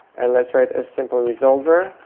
and let's write a simple resolver,